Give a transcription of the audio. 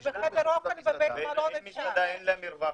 לא יישבו בתוך המסעדה ויישבו מחוץ למסעדה.